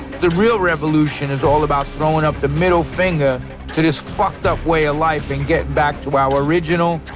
the real revolution is all about throwing up the middle finger to this fucked up way of ah life and getting back to our original,